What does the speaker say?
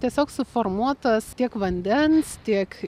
tiesiog suformuotas tiek vandens tiek